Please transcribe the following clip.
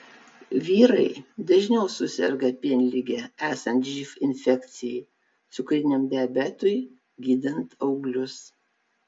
vyrai dažniau suserga pienlige esant živ infekcijai cukriniam diabetui gydant auglius